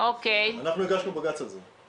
אנחנו הגשנו בג"ץ על זה.